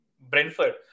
Brentford